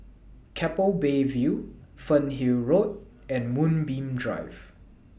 Keppel Bay View Fernhill Road and Moonbeam Drive